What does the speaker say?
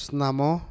Snamo